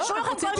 אנחנו רוצים